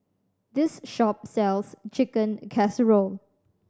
this shop sells Chicken Casserole